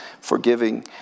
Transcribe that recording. forgiving